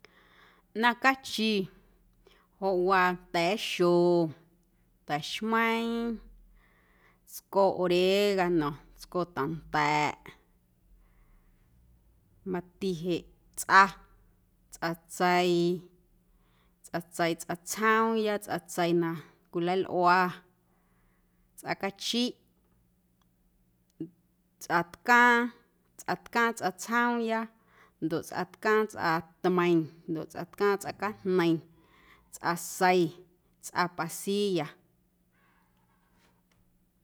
Ꞌnaⁿ cachi joꞌ waa ta̱a̱xo, ta̱xmeiiⁿ, tsco oregano, tsco ta̱nda̱ꞌ mati jeꞌ tsꞌa, tsꞌatseii, tsꞌatseii tsꞌa tsjoomya tsꞌa na cwilalꞌua, tsꞌa cachiꞌ, tsꞌatcaaⁿ, tsꞌatcaaⁿ tsꞌa tsjoomya ndoꞌ tsꞌatcaaⁿ tsꞌatmeiⁿ ndoꞌ tsꞌatcaaⁿ tsꞌa cajneiⁿ, tsꞌasei, tsꞌa pasilla.